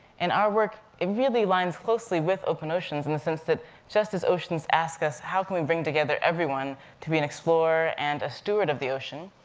and our work, it really lines closely with open oceans' in the sense that just as oceans asks us, how can we bring together everyone to be an explorer, and a steward of the ocean?